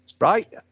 Right